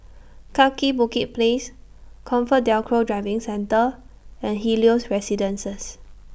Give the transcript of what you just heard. Kaki Bukit Place ComfortDelGro Driving Centre and Helios Residences